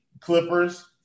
Clippers